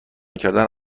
کردن